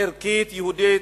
ערכית, יהודית.